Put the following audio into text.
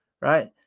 Right